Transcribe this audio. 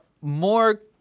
more